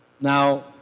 Now